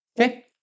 Okay